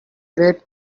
great